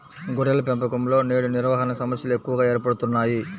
గొర్రెల పెంపకంలో నేడు నిర్వహణ సమస్యలు ఎక్కువగా ఏర్పడుతున్నాయి